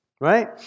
right